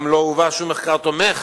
גם לא הובא שום מחקר התומך